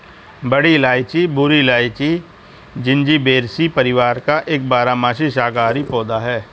बड़ी इलायची भूरी इलायची, जिंजिबेरेसी परिवार का एक बारहमासी शाकाहारी पौधा है